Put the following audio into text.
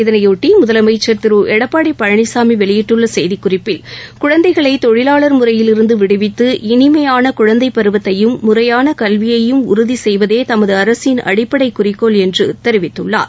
இதனையொட்டி முதலமைச்சர் திரு செய்திக்குறிப்பில் குழந்தைகளை தொழிலாளர் முறையிலிருந்து விடுவித்து இளிமையான குழந்தை பருவத்தையும் முறையான கல்வியையும் உறுதி செய்வதே தமது அரசின் அடிப்படை குறிக்கோள் என்று தெரிவித்துள்ளார்